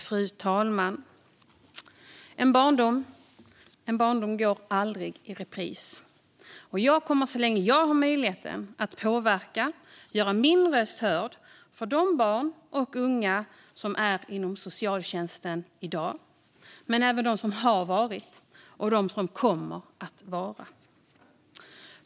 Fru talman! En barndom går aldrig i repris. Jag kommer, så länge jag har möjligheten, att påverka och göra min röst hörd för de barn som finns inom socialtjänsten i dag. Men det gäller även de barn som har varit där och de barn som kommer att vara där.